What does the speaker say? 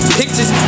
pictures